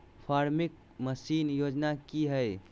Farming machine योजना कि हैय?